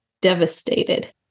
devastated